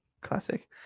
Classic